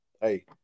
hey